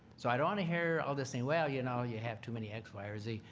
so i don't want to hear ah this thing, well, you know, you have too many x, y, or z.